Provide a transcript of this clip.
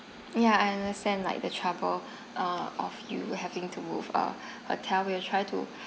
ya I understand like the travel uh of you having to move a hotel we'll try to